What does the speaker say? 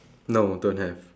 no don't have